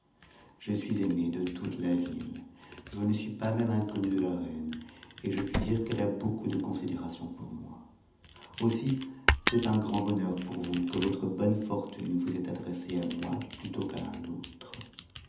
je suis aimé de toute la ville je ne suis pas même inconnu de la reine et je puis dire qu'elle a beaucoup de considération pour moi ainsi c'est un grand bonheur pour vous que votre bonne fortune vous ait adressé à moi plutôt qu'a un autre